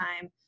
time